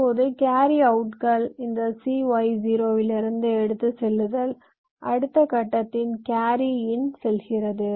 இப்போது கேரி அவுட்கள் இந்த CY0 லிருந்து எடுத்துச் செல்லுதல் அடுத்த கட்டத்தின் கேரி இன் செல்கிறது